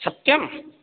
सत्यं